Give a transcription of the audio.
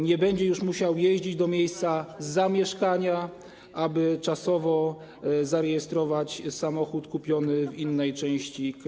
Nie będzie już musiał jeździć do miejsca zamieszkania, aby czasowo zarejestrować samochód kupiony w innej części kraju.